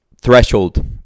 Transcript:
Threshold